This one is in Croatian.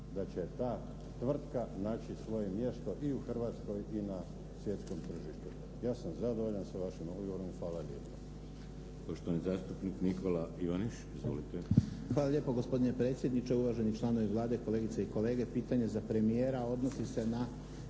da će ta tvrtka naći svoje mjesto i u Hrvatskoj i na svjetskom tržištu. Ja sam zadovoljan sa vašim odgovorom i hvala lijepa.